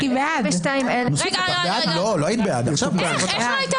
22,121 עד 22,140. מי בעד?